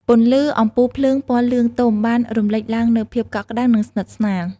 ពន្លឺអំពូលភ្លើងពណ៌លឿងទុំ បានរំលេចឡើងនូវភាពកក់ក្តៅ និងស្និទ្ធស្នាល។